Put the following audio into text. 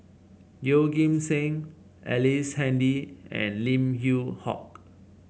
Yeoh Ghim Seng Ellice Handy and Lim Yew Hock